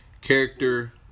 Character